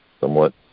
somewhat